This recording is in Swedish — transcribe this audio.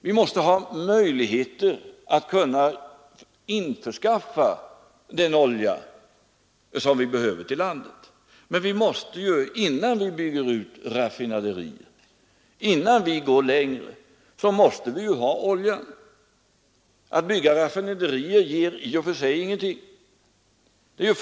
Vi måste ha möjligheter att införskaffa den olja som vi behöver i landet. Innan vi bygger ut raffinaderier, innan vi går längre, måste vi ha oljan. Det ger i och för sig ingenting att bygga raffinaderier.